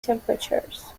temperatures